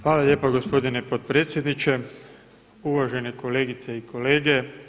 Hvala lijepa gospodine potpredsjedniče, uvažene kolegice i kolege.